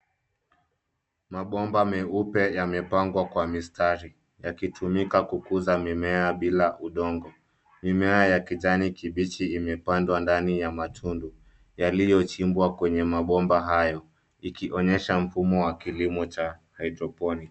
Mabomba meupe yamepangwa kwa mstari yakitumika kukuza mimea bila udongo. Mimea ya kijani kibichi imepandwa ndani ya mtundu yaliyochimbwa kwenye mabomba hayo ikionyesha mfumo wa kilimo ya hydroponic.